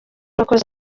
wakoze